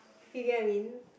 you get what I mean